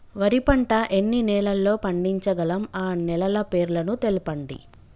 వరి పంట ఎన్ని నెలల్లో పండించగలం ఆ నెలల పేర్లను తెలుపండి?